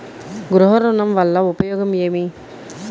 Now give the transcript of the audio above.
గృహ ఋణం వల్ల ఉపయోగం ఏమి?